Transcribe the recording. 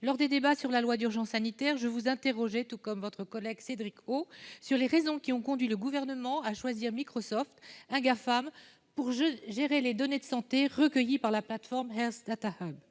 lors des débats sur l'état d'urgence sanitaire, je vous interrogeai, ainsi que votre collègue Cédric O, sur les raisons qui ont conduit le Gouvernement à choisir Microsoft, l'un des Gafam, pour gérer les données de santé recueillies par la plateforme Health Data Hub,